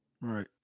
Right